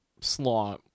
slaw